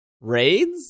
raids